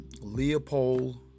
Leopold